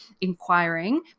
inquiring